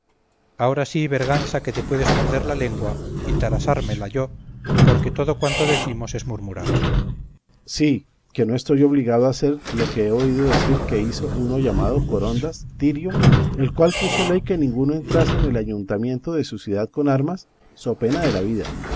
ahora sí berganza que te puedes morder la lengua y tarazármela yo porque todo cuanto decimos es murmurar berganza sí que no estoy obligado a hacer lo que he oído decir que hizo uno llamado corondas tirio el cual puso ley que ninguno entrase en el ayuntamiento de su ciudad con armas so pena de la vida